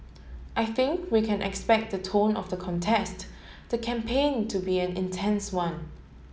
I think we can expect the tone of the contest the campaign to be an intense one